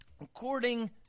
according